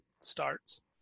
starts